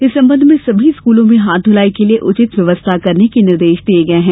इस संबंध में सभी स्कूलों में हाथ धूलाई के लिए उचित व्यवस्था करने के निर्देश दिये गये हैं